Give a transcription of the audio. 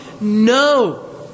No